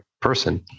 person